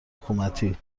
حکومتی